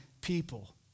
people